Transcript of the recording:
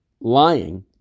lying